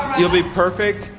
you'll be perfect.